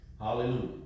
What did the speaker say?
Hallelujah